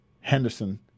Henderson